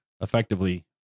effectively